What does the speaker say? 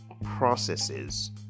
processes